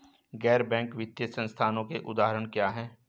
गैर बैंक वित्तीय संस्थानों के उदाहरण क्या हैं?